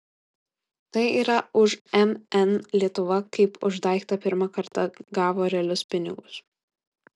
tai yra už mn lietuva kaip už daiktą pirmą kartą gavo realius pinigus